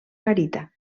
garita